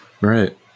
Right